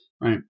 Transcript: right